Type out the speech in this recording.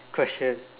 question